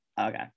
Okay